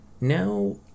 Now